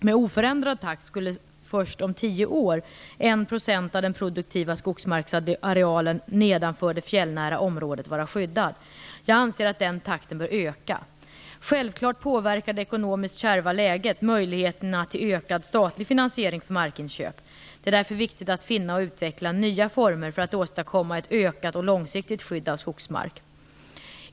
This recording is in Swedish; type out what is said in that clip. Med en oförändrad takt skulle således först om tio år, år 2005, ca 1 % av den produktiva skogsmarksarealen nedanför det fjällnära området vara skyddad. Jag anser att den takten bör öka. Självfallet påverkar det ekonomiskt kärva läget möjligheterna till ökad statlig finansiering för markinköp. Det är därför viktigt att finna och utveckla nya former för att åstadkomma ett ökat och långsiktigt skydd av skogsmark.